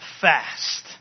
fast